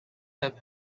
have